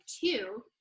two